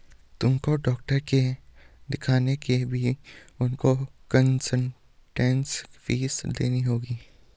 तुमको डॉक्टर के दिखाने के लिए भी उनको कंसलटेन्स फीस देनी होगी